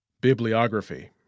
Bibliography